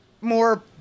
more